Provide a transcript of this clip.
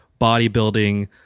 bodybuilding